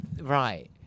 Right